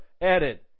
added